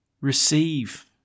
receive